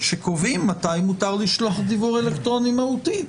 שקובעים מתי אפשר לשלוח דיוור אלקטרוני מהותי.